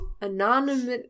Anonymous